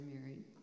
married